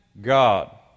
God